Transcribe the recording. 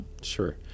Sure